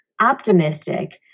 optimistic